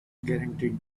guaranteed